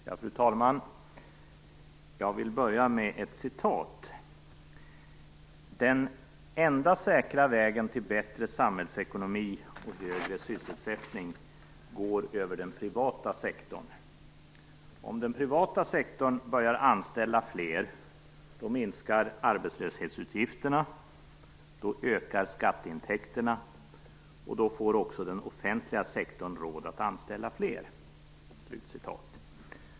Fru talman! Jag vill börja med ett citat. "Den enda säkra vägen till bättre samhällsekonomi och högre sysselsättning går över den privata sektorn. Om den privata sektorn börjar anställa fler, då minskar arbetslöshetsutgifterna, då ökar skatteintäkterna, och då får också den offentliga sektorn råd att anställa fler".